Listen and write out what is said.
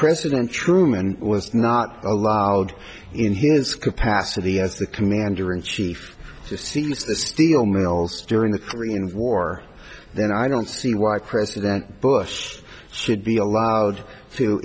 president truman was not allowed in his capacity as the commander in chief to see as the steel mills during the korean war then i don't see why president bush should be allowed to